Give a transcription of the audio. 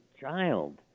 child